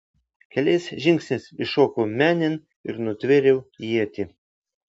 keliais žingsniais įšokau menėn ir nutvėriau ietį